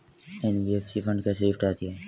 NBFC fund कैसे जुटाती है?